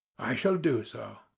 i shall do so.